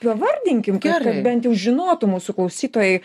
pavardinkim kad bent jau žinotų mūsų klausytojai